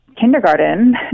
kindergarten